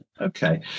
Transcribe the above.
okay